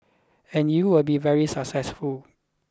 and you will be very successful